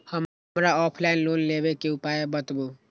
हमरा offline loan लेबे के उपाय बतबु?